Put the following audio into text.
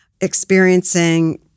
experiencing